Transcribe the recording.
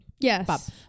Yes